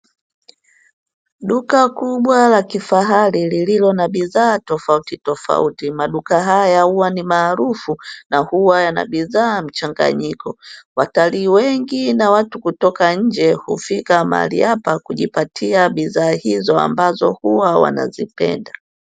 Duka kubwa la kifahari lililo na bidhaa tofautitofauti, maduka haya huwa ni maarufu na huwa na bidhaa mchanganyiko. Watalii wengi na watu mchanganyiko kutoka nje hufika mahali hapa kujipatia bidhaa hizo ambazo huwa wanazipenda.